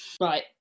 Right